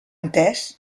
entès